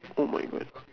oh my god